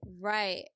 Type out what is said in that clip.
Right